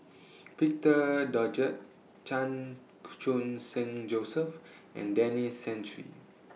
Victor Doggett Chan Khun Sing Joseph and Denis Santry